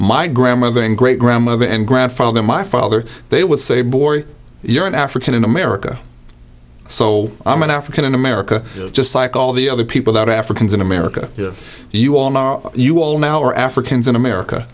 my grandmother and great grandmother and grandfather my father they would say boy you're an african in america so i'm an african in america just like all the other people that africans in america you all know you all now are africans in america